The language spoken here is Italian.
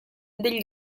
del